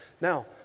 Now